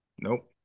Nope